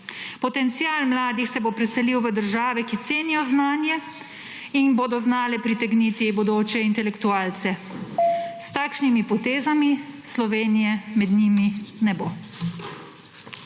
Potencial mladih se bo preselil v države, ki cenijo znanje in bodo znale pritegniti bodoče intelektualce. S takšnimi potezami Slovenije med njimi ne bo.